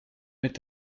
mit